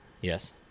Yes